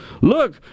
look